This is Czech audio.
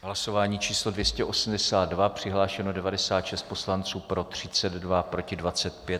Hlasování číslo 282, přihlášeno 96 poslanců, pro 32, proti 25.